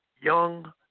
young